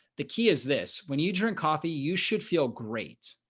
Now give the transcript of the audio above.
the key is this when you drink coffee, you should feel great.